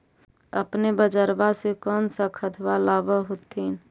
अपने बजरबा से कौन सा खदबा लाब होत्थिन?